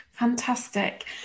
Fantastic